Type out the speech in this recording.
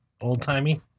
Old-timey